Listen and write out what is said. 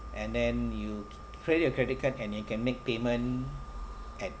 and then you credit your credit card can it can make payment at